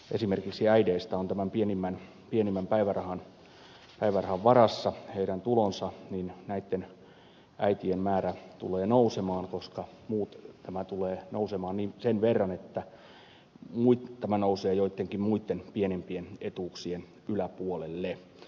esimerkiksi äideistä on tämän pienimmän päivärahan varassa niin näitten äitien määrä tulee nousemaan koska tämä tulee nousemaan sen verran että tämä nousee joittenkin muitten pienempien etuuksien yläpuolelle